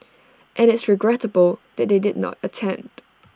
and it's regrettable that they did not attend